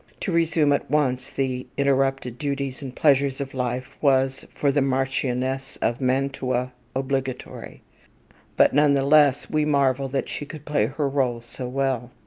to resume at once the interrupted duties and pleasures of life was, for the marchioness of mantua, obligatory but none the less we marvel that she could play her role so well.